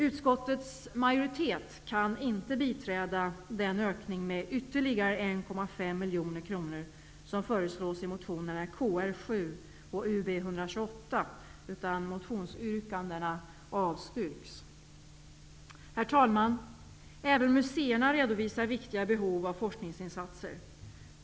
Utskottets majoritet kan inte biträda den ökning med ytterligare 1,5 miljoner kronor som föreslås i motionerna Kr7 och Ub128, utan motionsyrkandena avstyrks. Herr talman! Även museerna redovisar viktiga behov av forskningsinsatser.